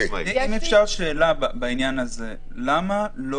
למה לא